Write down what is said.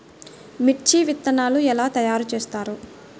మిర్చి విత్తనాలు ఎలా తయారు చేస్తారు?